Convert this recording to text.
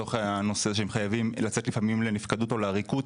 הם חייבים לצאת לפעמים לנפקדות או לעריקות.